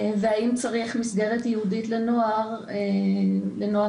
והאם צריך מסגרת ייעודית לנוער מהמר.